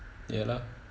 ya lah